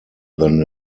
than